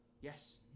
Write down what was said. Yes